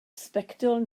sbectol